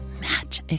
match